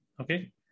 Okay